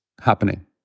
happening